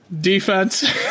defense